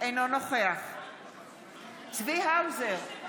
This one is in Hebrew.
אינו נוכח צבי האוזר,